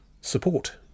support